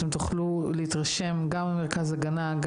אתם תוכלו להתרשם גם ממרכז הגנה.